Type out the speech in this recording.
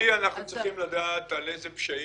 לדעתי אנחנו צריכים לדעת על איזה פשעים,